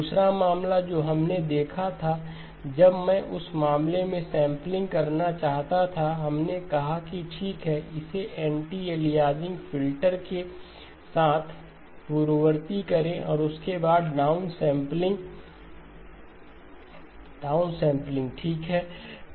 दूसरा मामला जो हमने देखा था जब मैं उस मामले में सैंपलिंग करना चाहता था हमने कहा कि ठीक है इसे एंटी अलियासिंग फिल्टर के साथ पूर्ववर्ती करें और उसके बाद डाउनसैंपलिंग डाउनसैंपलिंग ठीक है